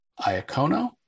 Iacono